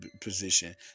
position